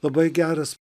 labai geras